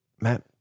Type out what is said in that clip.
Matt